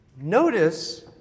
notice